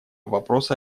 вопроса